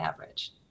average